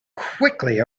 quickly